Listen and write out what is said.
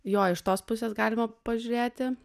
jo iš tos pusės galima pažiūrėti